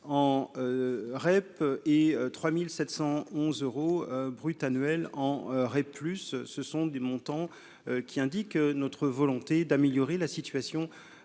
en REP et 3711 euros brut annuels en re-plus ce sont des montants qui indique notre volonté d'améliorer la situation